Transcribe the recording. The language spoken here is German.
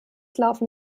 laufen